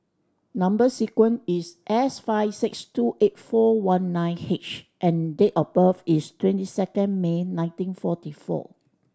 number sequence is S five six two eight four one nine H and date of birth is twenty second May nineteen forty four